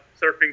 surfing